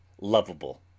lovable